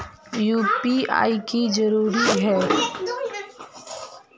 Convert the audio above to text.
UPI की जरूरी है?